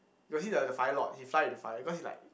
you got see the the fire lord he fly into fire because he like